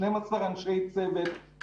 12 אנשי צוות,